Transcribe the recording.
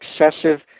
excessive